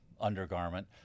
undergarment